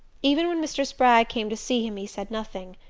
even when mr. spragg came to see him he said nothing.